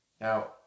Now